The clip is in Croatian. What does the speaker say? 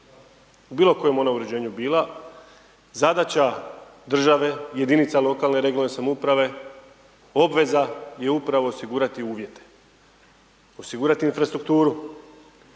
u bilo kojem ona uređenju bila, zadaća države jedinice lokalne regionalne uprave obveza je upravo osigurati uvijete, osigurati infrastrukturu,